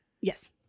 Yes